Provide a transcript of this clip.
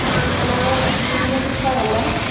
ആ hello manager sir അല്ലെ